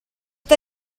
tua